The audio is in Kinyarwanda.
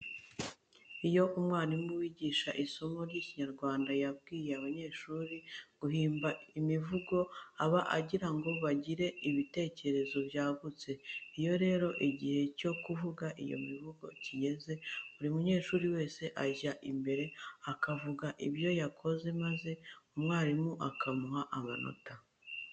Iyo umwarimu wigisha isomo ry'Ikinyarwanda yabwiye abanyeshuri guhimba imivugo aba agira ngo bagire ibitekerezo byagutse. Iyo rero igihe cyo kuvuga iyo mivugo kigeze, buri munyeshuri wese ajya imbere akavuga ibyo yakoze maze umwarimu akamuha amanota.